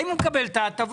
האם הוא מקבל את ההטבות,